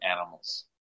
animals